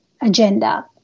agenda